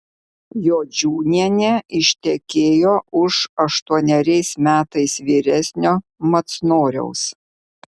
jodžiūnienė ištekėjo už aštuoneriais metais vyresnio macnoriaus